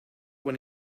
when